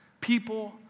people